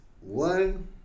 One